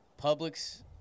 Publix